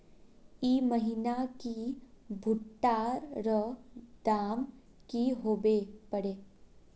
ई महीना की भुट्टा र दाम की होबे परे?